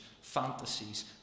fantasies